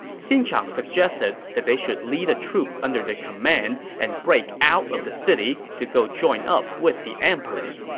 xin chang suggested that they should lead the troops under their command and break out of the city to go join up with the emperor.